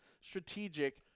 strategic